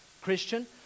Christian